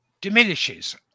diminishes